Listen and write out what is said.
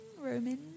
Roman